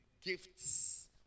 gifts